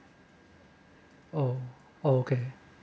like oh oh okay